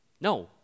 No